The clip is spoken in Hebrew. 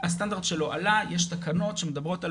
הסטנדרט שלו הוא על תקנות שמדברות על